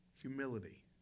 Humility